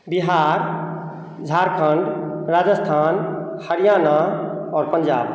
बिहार झारखण्ड राजस्थान हरियाणा आओर पंजाब